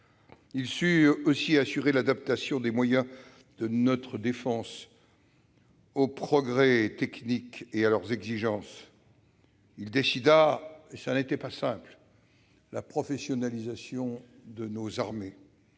il sut aussi assurer l'adaptation des moyens de notre défense aux progrès techniques et à leurs exigences. Il décida ainsi, ce qui n'était pas simple, la professionnalisation de nos armées.